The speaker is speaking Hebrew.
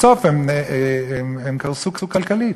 בסוף הם קרסו כלכלית.